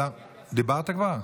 דיברת כבר?